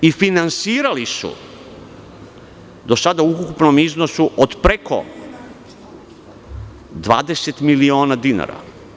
Finansirali su dosada u ukupnom iznosu od preko 20 miliona dinara.